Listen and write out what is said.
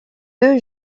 deux